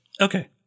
Okay